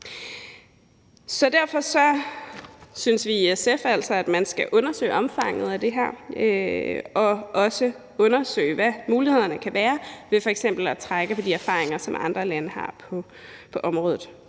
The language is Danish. Derfor synes vi altså i SF, at man skal undersøge omfanget af det her og også undersøge, hvad mulighederne kan være ved f.eks. at trække på de erfaringer, som andre lande har på området.